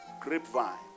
grapevine